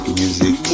music